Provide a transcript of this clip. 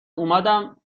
اومدم